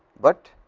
but